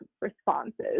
responses